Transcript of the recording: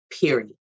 period